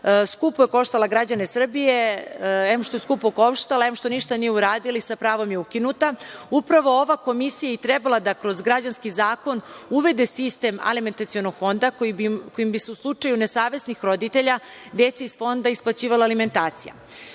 skupo je koštala građane Srbije. Em što je skupo koštala, em što ništa nisu uradili i sa pravom je ukinuta. Upravo je ova komisija i trebala da kroz građanski zakon uvede sistem alimentacionog fonda kojim bi se u slučaju nesavesnih roditelja deci iz fonda isplaćivala alimentacija. Verujem